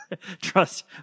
trust